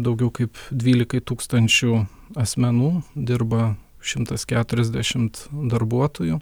daugiau kaipdyvlikai tūkstančių asmenų dirba šimtas keturiasdešimt darbuotojų